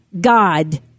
God